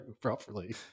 properly